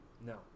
No